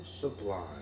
sublime